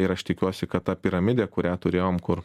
ir aš tikiuosi kad ta piramidė kurią turėjom kur